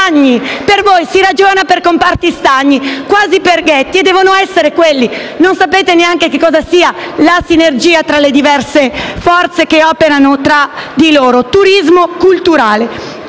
Per voi si ragiona per compartimenti stagni, quasi per ghetti e devono essere quelli. Non sapete neanche cosa sia la sinergia tra le diverse forze che operano tra loro. Turismo culturale: